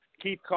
Keith